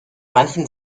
manchen